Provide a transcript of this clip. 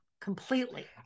completely